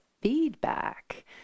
feedback